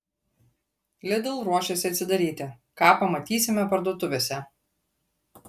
lidl ruošiasi atsidaryti ką pamatysime parduotuvėse